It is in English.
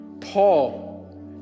Paul